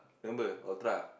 remember Ultra